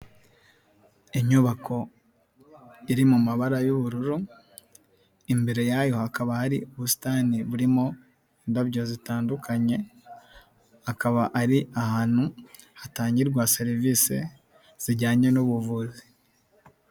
Inyubako iri mu mabara y'ubururu, imbere yayo hakaba hari ubusitani burimo indabyo zitandukanye, kaba ari ahantu hatangirwa serivisi zijyanye n'ubuvuzi.